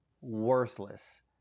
worthless